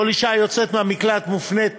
כל אישה היוצאת מהמקלט מופנית